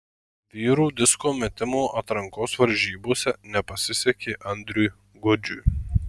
vyrų disko metimo atrankos varžybose nepasisekė andriui gudžiui